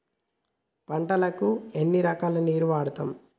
పంటలకు ఎన్ని రకాల నీరు వాడుతం?